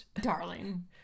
darling